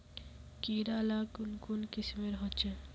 कीड़ा ला कुन कुन किस्मेर होचए?